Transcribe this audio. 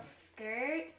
skirt